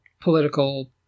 political